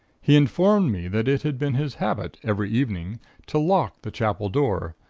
he informed me that it had been his habit every evening to lock the chapel door,